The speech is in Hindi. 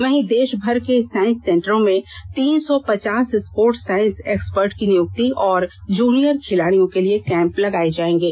वहीं देषभर के साईं सेंटरों में तीन सौ पचास स्पोर्ट्स साइंस एक्सपर्ट की नियुक्ति और जूनियर खिलाडियों के लिए कैंप लगाए जाएंगे